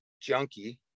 junkie